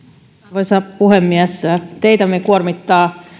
arvoisa puhemies teitämme kuormittaa nykyään